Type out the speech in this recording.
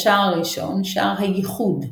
השער הראשון - שער הייחוד,